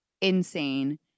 insane